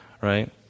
right